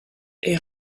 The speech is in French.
est